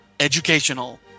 educational